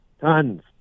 Tons